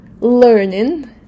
learning